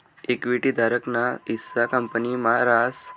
equity धारक ना हिस्सा कंपनी मा रास